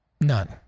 None